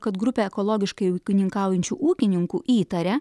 kad grupė ekologiškai ūkininkaujančių ūkininkų įtaria